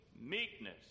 meekness